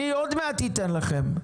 אני עוד מעט אתן לכם,